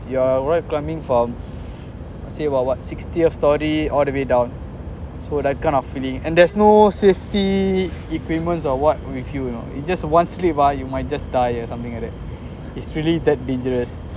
you are a rope climbing from say what what sixtieth story all the way down so that kind of feeling and there's no safety equipment or what with you you know you just once slip ah you might just die or something like that it's really that dangerous